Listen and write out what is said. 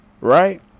Right